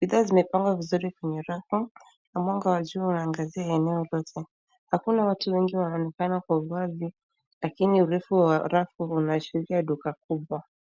Bidha zimepangwa vizuri kwenye rafu na mwanga wa jua waangazia eneo zote. Hakuna watu wengi waonekana kwa uwazi lakini urefu wa rafu unaashiria duka kubwa.